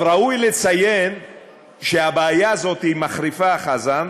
ראוי לציין שהבעיה הזאת מחריפה, חזן,